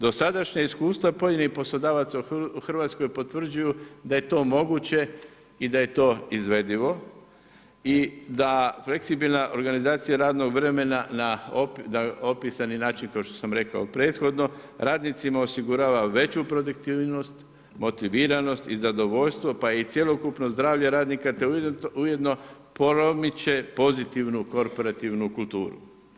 Dosadašnja iskustva pojedinih poslodavaca u Hrvatskoj potvrđuju da je to moguće i da je to izvedivo i da fleksibilna organizacija radnog vremena na opisani način kao što sam rekao prethodno, radnicima osigurava veću produktivnost, motiviranost i zadovoljstvo, pa i cjelokupno zdravlje radnika, te ujedno promiče pozitivnu korporativnu kulturu.